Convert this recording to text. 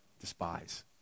despise